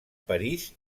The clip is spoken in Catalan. parís